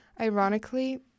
Ironically